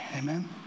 Amen